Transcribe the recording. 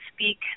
speak